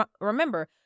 remember